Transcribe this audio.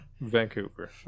Vancouver